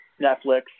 Netflix